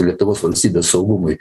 lietuvos valstybės saugumui